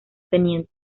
teniente